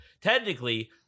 Technically